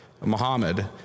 Muhammad